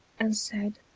and said,